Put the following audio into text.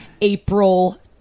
April